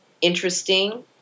interesting